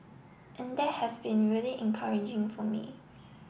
and that has been really encouraging for me